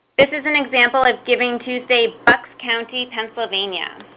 this is an example of givingtuesday, bucks county pennsylvania.